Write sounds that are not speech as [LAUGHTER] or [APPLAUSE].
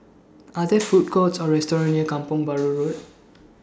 Are There [NOISE] Food Courts Or restaurants near [NOISE] Kampong Bahru Road